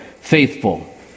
faithful